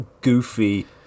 goofy